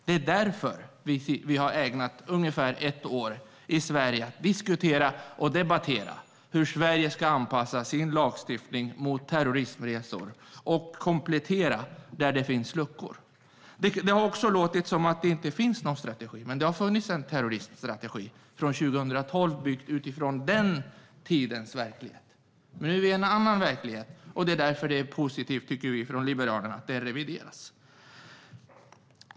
Det är därför vi har ägnat ungefär ett år i Sverige åt att diskutera och debattera hur Sverige ska anpassa sin lagstiftning mot terrorismresor och komplettera där det finns luckor. Det har också låtit som att det inte finns någon strategi. Men det har funnits en terrorismstrategi från 2012, byggd utifrån den tidens verklighet. Men nu är det en annan verklighet. Det är därför det är positivt, tycker vi från Liberalerna, att den revideras.